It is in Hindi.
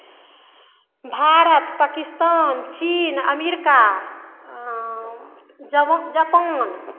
भारत पाकिस्तान चीन अमेरिका जापान